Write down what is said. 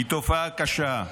היא תופעה קשה.